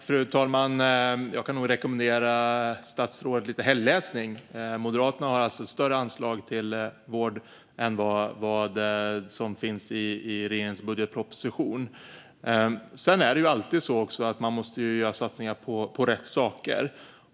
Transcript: Fru talman! Jag kan rekommendera statsrådet lite helgläsning. Moderaterna har större anslag till vård än vad som finns i regeringens budgetproposition. Sedan måste man göra satsningar på rätt saker.